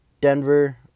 Denver